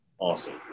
Awesome